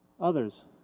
others